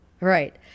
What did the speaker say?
Right